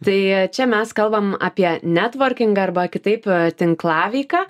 tai čia mes kalbam apie netvorkingą arba kitaip tinklaveiką